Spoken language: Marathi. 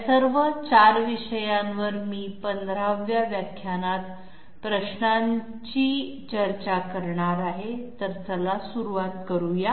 या सर्व 4 विषयांवर मी 15 व्या व्याख्यानात प्रश्नांची चर्चा करणार आहे तर चला सुरुवात करूया